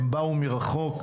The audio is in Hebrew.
הן באו מרחוב,